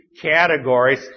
categories